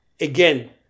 again